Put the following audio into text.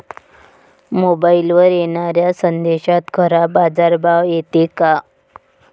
मोबाईलवर येनाऱ्या संदेशात खरा बाजारभाव येते का?